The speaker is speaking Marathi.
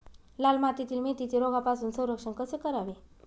लाल मातीतील मेथीचे रोगापासून संरक्षण कसे करावे?